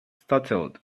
startled